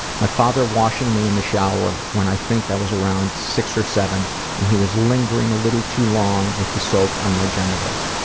my father washing me in the shower when i think i was around six or seven and he was lingering a little too long with the soap on my genitals.